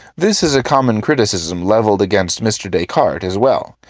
this is a common criticism leveled against mr. descartes as well.